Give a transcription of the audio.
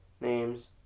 names